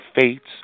fates